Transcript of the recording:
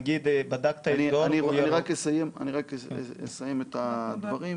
נגיד בדקת אזור --- אני רק אסיים את הדברים,